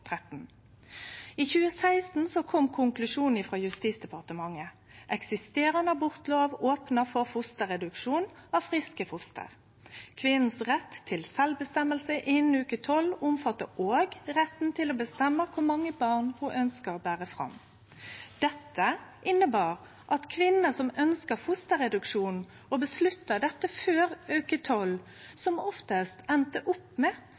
I 2016 kom konklusjonen frå Justisdepartementet. Den eksisterande abortlova opna for reduksjon av friske foster. Den retten kvinna har til sjølvbestemming innan uke 12, omfattar òg rett til å bestemme kor mange barn ho ønskjer å bere fram. Dette innebar at kvinner som ønskte fosterreduksjon og avgjorde dette før uke 12, som oftast enda med